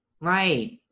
right